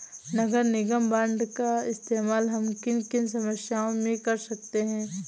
नगर निगम बॉन्ड का इस्तेमाल हम किन किन समस्याओं में कर सकते हैं?